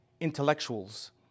intellectuals